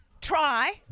Try